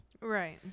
right